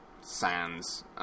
Sands